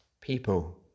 people